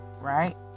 right